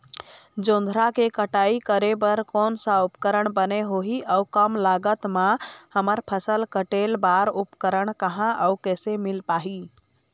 जोंधरा के कटाई करें बर कोन सा उपकरण बने होही अऊ कम लागत मा हमर फसल कटेल बार उपकरण कहा अउ कैसे मील पाही?